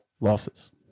losses